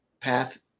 Path